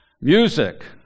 music